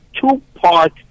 two-part